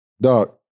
dog